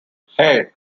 hey